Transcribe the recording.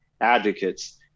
advocates